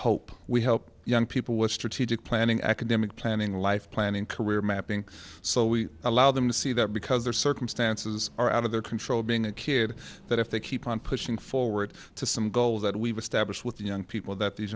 hope we help young people with strategic planning academic planning life planning career mapping so we allow them to see that because their circumstances are out of their control being a kid that if they keep on pushing forward to some goals that we've established with the young people that these